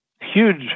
huge